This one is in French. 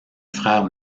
frère